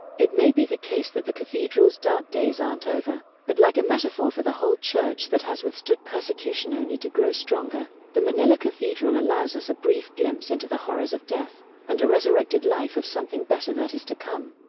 it may be the case that the cathedral's dark days aren't over, but like a metaphor for the whole church that has withstood persecution only to grow stronger, the manila cathedral allows us a brief glimpse into the horrors of death and a resurrected life of something better that is to come.